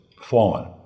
fallen